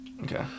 Okay